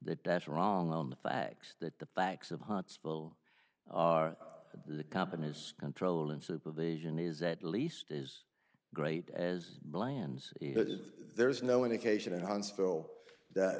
that that's wrong on the facts that the facts of huntsville are the company's control and supervision is at least is great as bland's there's no indication in huntsville